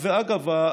ואגב,